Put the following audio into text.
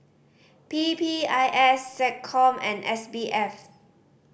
P P I S SecCom and S B F